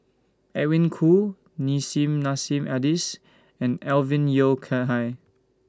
Edwin Koo Nissim Nassim Adis and Alvin Yeo Khirn Hai